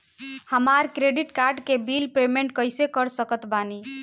हमार credit card के bill payment कइसे कर सकत बानी?